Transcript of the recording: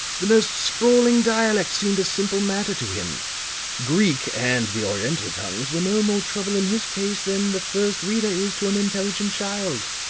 the most sprawling dialect seemed a simple matter to him greek and the oriental tongues were no more trouble in his case than the first reader is to an intelligent child.